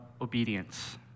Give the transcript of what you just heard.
obedience